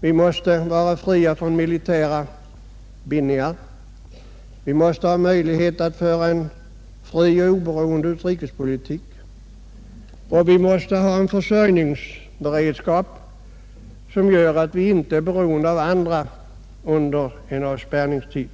Vi måste vara fria från militära bindningar, vi mäste ha möjlighet att föra en fri och oberoende utrikespolitik och vi måste ha en försörjningsberedskap som gör att vi inte är beroende av andra under en avspärrningstid.